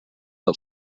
del